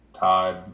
Todd